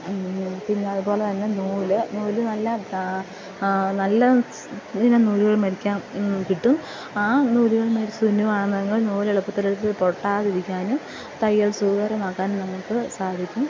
പിന്നെ അതുപോലെ തന്നെ നൂല് നൂല് നല്ല നല്ല ലിനൻ നൂലുകൾ മേടിക്കാൻ കിട്ടും ആ നൂലുകൾ മേടിച്ച് തുന്നുവാണെങ്കിൽ നൂലെളുപ്പത്തിൽ പൊട്ടാതിരിക്കാനും തയ്യൽ സുഖകരമാക്കാനും നമുക്ക് സാധിക്കും